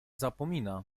zapomina